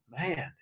man